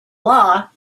law